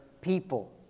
people